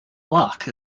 block